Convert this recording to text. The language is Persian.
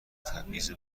تبعیض